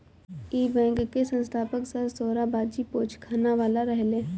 इ बैंक के स्थापक सर सोराबजी पोचखानावाला रहले